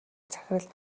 захирал